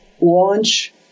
launch